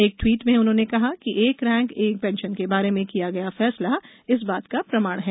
एक ट्वीट में उन्होंने कहा कि एक रेंक एक पेंशन के बारे में किया गया फैसला इस बात का प्रमाण है